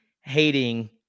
hating